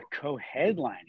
co-headlining